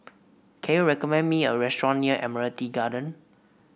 can you recommend me a restaurant near Admiralty Garden